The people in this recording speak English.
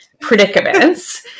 predicaments